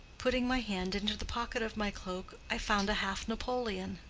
putting my hand into the pocket of my cloak, i found a half-napoleon.